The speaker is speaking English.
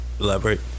elaborate